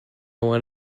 want